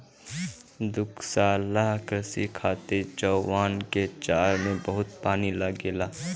दुग्धशाला कृषि खातिर चउवन के चारा में बहुते पानी लागेला